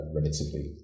relatively